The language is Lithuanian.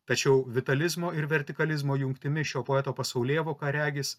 tačiau vitalizmo ir vertikalizmo jungtimi šio poeto pasaulėvoka regis